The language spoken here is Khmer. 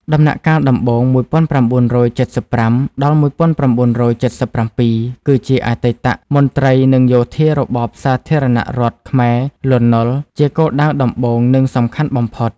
ដំណាក់កាលដំបូង ១៩៧៥-១៩៧៧ គឺអតីតមន្ត្រីនិងយោធារបបសាធារណរដ្ឋខ្មែរ លន់ នល់ ជាគោលដៅដំបូង និងសំខាន់បំផុត។